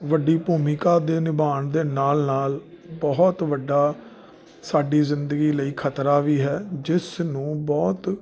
ਵੱਡੀ ਭੂਮਿਕਾ ਦੇ ਨਿਭਾਣ ਦੇ ਨਾਲ ਨਾਲ ਬਹੁਤ ਵੱਡਾ ਸਾਡੀ ਜ਼ਿੰਦਗੀ ਲਈ ਖਤਰਾ ਵੀ ਹੈ ਜਿਸ ਨੂੰ ਬਹੁਤ